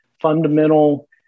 fundamental